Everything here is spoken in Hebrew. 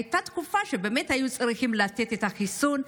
הייתה תקופה שבאמת היו צריכים לתת את החיסון,